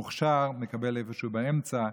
המוכש"ר מקבל איפשהו באמצע,